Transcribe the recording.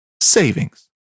savings